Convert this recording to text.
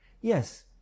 yes